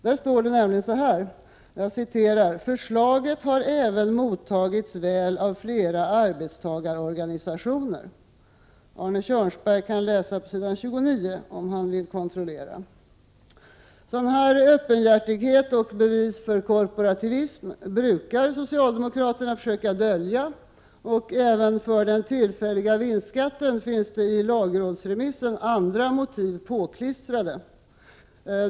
Där står det nämligen så här: ”Förslaget har även mottagits väl av flera arbetstagarorganisationer.” Arne Kjörnsberg kan läsa på s. 29 i betänkandet, om han vill kontrollera saken. Sådan här öppenhjärtighet och sådant här bevis för korporativism brukar socialdemokraterna försöka dölja, och även för den tillfälliga vinstskatten finns det i lagrådsremissen andra motiv påklistrade.